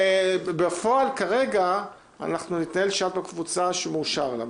בפועל כרגע אנחנו ניתן שאת בקבוצה שמאושר לה,